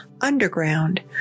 underground